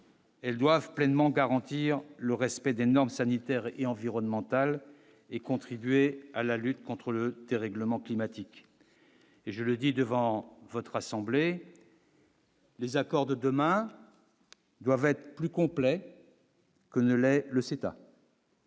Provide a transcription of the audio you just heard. Elles doivent pleinement garantir le respect des normes sanitaires et environnementales et contribuer à la lutte contre le dérèglement climatique et je le dis devant votre assemblée. Les accords de demain doivent être plus complet. Que ne l'est le CETA.